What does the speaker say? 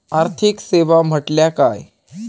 आर्थिक सेवा म्हटल्या काय?